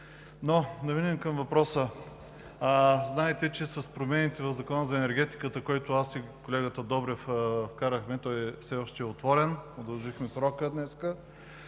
но да минем към въпроса. Знаете, че с промените в Закона за енергетиката, който аз и колегата Добрев вкарахме – той все още е отворен, удължихме срока днес